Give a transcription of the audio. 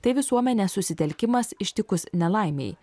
tai visuomenės susitelkimas ištikus nelaimei